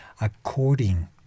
according